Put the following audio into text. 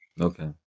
okay